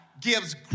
gives